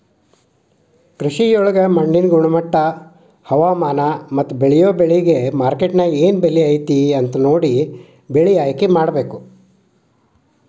ಕೃಷಿಯೊಳಗ ಮಣ್ಣಿನ ಗುಣಮಟ್ಟ, ಹವಾಮಾನ, ಮತ್ತ ಬೇಳಿಯೊ ಬೆಳಿಗೆ ಮಾರ್ಕೆಟ್ನ್ಯಾಗ ಏನ್ ಬೆಲೆ ಐತಿ ಅಂತ ನೋಡಿ ಬೆಳೆ ಆಯ್ಕೆಮಾಡಬೇಕು